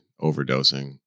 overdosing